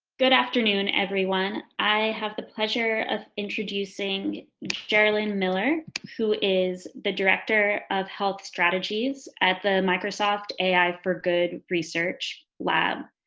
good afternoon everyone i have the pleasure of introducing geralyn miller who is the director of health strategies at the microsoft ai for good research lab.